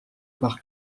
par